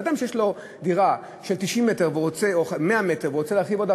אדם שיש לו דירה של 90 מטר או 100 מטר והוא רוצה להרחיב עוד,